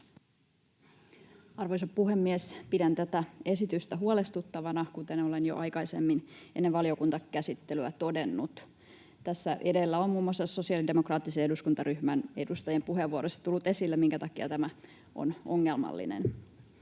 Arvoisa puhemies! Pidän tätä esitystä huolestuttavana, kuten olen jo aikaisemmin, ennen valiokuntakäsittelyä, todennut. Tässä edellä on muun muassa sosiaalidemokraattisen eduskuntaryhmän edustajien puheenvuoroissa tullut esille, minkä takia tämä on ongelmallinen.